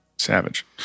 savage